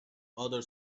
other